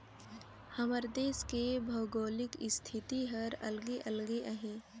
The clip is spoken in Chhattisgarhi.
हमर देस के भउगोलिक इस्थिति हर अलगे अलगे अहे